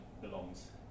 belongs